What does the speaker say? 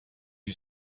you